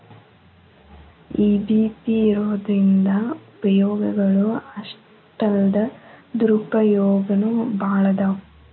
EBP ಇರೊದ್ರಿಂದಾ ಉಪಯೊಗಗಳು ಅಷ್ಟಾಲ್ದ ದುರುಪಯೊಗನೂ ಭಾಳದಾವ್